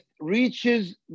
reaches